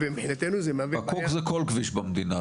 ומבחינתנו זה מהווה בעיה --- פקוק זה כל כביש במדינה,